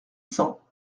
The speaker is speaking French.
cents